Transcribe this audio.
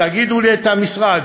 תגידו לי את המשרד,